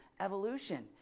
evolution